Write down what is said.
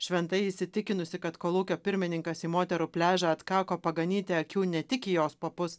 šventai įsitikinusi kad kolūkio pirmininkas į moterų pliažą atkako paganyti akių ne tik į jos papus